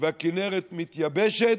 והכינרת מתייבשת,